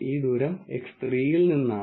ഈ ദൂരം X3 ൽ നിന്നാണ്